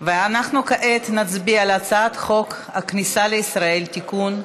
אנחנו כעת נצביע על הצעת חוק הכניסה לישראל (תיקון,